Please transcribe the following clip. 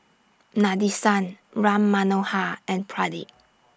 Nadesan Ram Manohar and Pradip